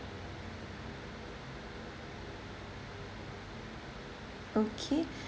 okay